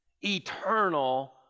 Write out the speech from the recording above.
eternal